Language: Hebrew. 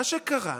מה שקרה